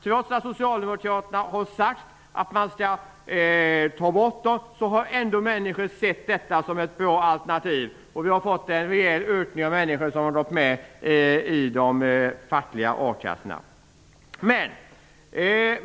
Trots att socialdemokraterna har sagt att de skall ta bort a-kassan har människor sett den som ett bra alternativ. Vi har fått en reell ökning av antalet människor som har gått med i a-kassan.